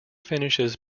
finishes